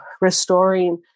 restoring